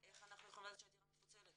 איך אנחנו יכולים לדעת שהדירה מפוצלת?